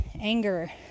anger